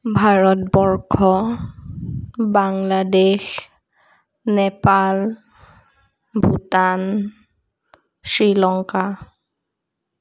Bharatvarsha Bangladesh Nepal Bhutan Sri Lanka